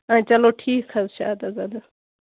آ چلو ٹھیٖک حظ چھُ اَدٕ حظ اَدٕ حظ